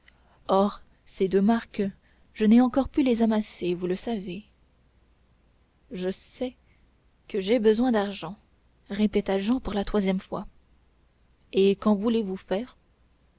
or ces deux marcs je n'ai encore pu les amasser vous le savez je sais que j'ai besoin d'argent répéta jehan pour la troisième fois et qu'en voulez-vous faire